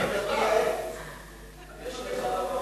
מבקש לציין את